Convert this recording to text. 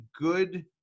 good